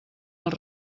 els